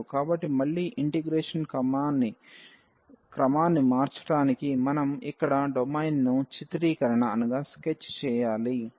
కాబట్టి మళ్లీ ఇంటిగ్రేషన్ క్రమాన్ని మార్చడానికి మనం ఇక్కడ డొమైన్ను చిత్రీకరణ చేయాలి